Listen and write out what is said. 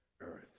earth